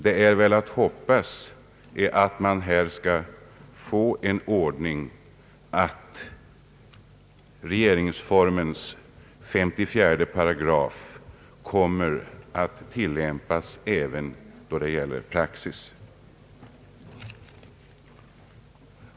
Det är att hoppas att den ordningen kommer att gälla, att regeringsformens 54 8 kommer att tillämpas även 1 praxis.